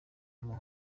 muri